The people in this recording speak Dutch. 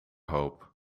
hoop